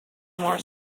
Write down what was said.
more